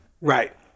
Right